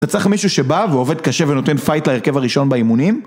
אתה צריך מישהו שבא ועובד קשה ונותן פייט להרכב הראשון באימונים